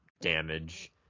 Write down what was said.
damage